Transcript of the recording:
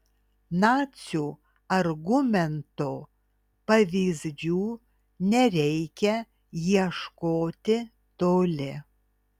nacių argumento pavyzdžių nereikia ieškoti toli